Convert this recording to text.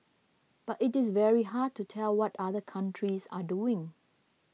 but it is very hard to tell what other countries are doing